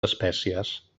espècies